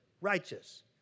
righteous